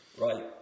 right